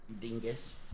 dingus